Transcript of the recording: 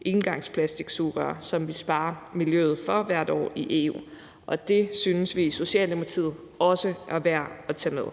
engangsplastiksugerør, som vi sparer miljøet for hvert år i EU, og det synes vi i Socialdemokratiet også er værd at tage med.